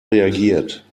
reagiert